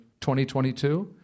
2022